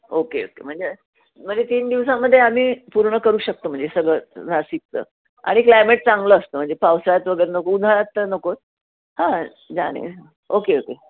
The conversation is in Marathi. ओके ओके म्हणजे म्हणजे तीन दिवसांमध्ये आम्ही पूर्ण करू शकतो म्हणजे सगळं नाशिकचं आणि क्लायमेट चांगलं असतं म्हणजे पावसाळ्यात वगैरे नको उन्हाळ्यात तर नको हां जाणे ओके ओके